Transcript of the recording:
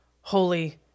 holy